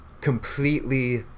completely